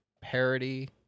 parody